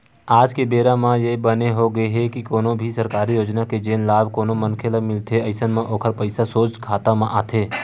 आज के बेरा म ये बने होगे हे कोनो भी सरकारी योजना के जेन लाभ कोनो मनखे ल मिलथे अइसन म ओखर पइसा सोझ खाता म आथे